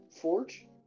forge